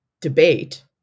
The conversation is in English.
debate